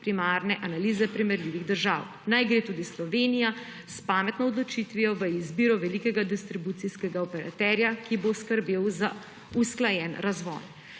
primerne analize primerljivih držav. Naj gre tudi Slovenija s pametno odločitvijo v izbiro velikega distribucijskega operaterja, ki bo skrbel za usklajen razvoj.